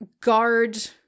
guard